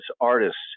artists